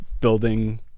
building